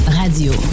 radio